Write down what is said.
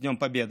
(אומר מילה ברוסית.)